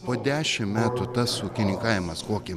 po dešimt metų tas ūkininkavimas kokį